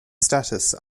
status